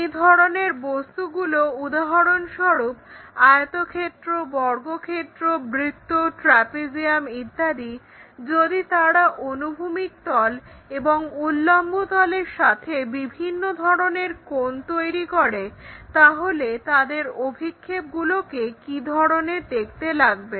এই ধরনের বস্তুগুলো উদাহরণস্বরূপ আয়তক্ষেত্র বর্গক্ষেত্র বৃত্ত ট্রাপিজিয়াম ইত্যাদি যদি তারা অনুভূমিক তল এবং উল্লম্ব তলের সাথে বিভিন্ন ধরনের কোণ তৈরি করে তাহলে তাদের অভিক্ষেপগুলোকে কি ধরনের দেখতে লাগবে